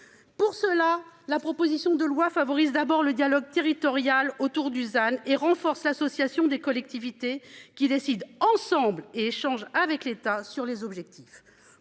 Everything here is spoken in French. Pour cela, la proposition de loi favorise, d'abord le dialogue territorial autour du zen et renforce l'association des collectivités qui décident ensemble et échange avec l'État sur les objectifs